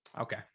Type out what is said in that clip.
Okay